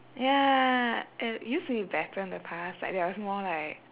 ya it used to be better in the past like there was more like